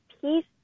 peace